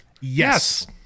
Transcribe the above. Yes